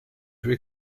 vue